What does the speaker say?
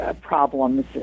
problems